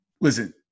listen